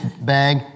bag